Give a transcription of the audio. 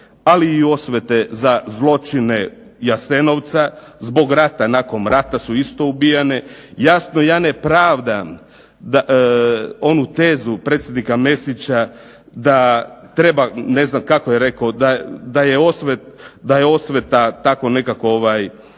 ali i osvete za zločine Jasenovca, zbog rata nakon rata su isto ubijene, jasno ja ne pravdam onu tezu predsjednika Mesića da treba, ne znam kako je rekao da je osveta tako nekako, da